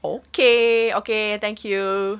okay okay thank you